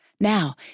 Now